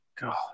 God